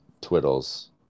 Twiddles